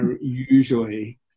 usually